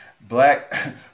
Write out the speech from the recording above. black